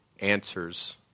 answers